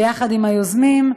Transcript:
ביחד עם היוזמים,